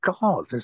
God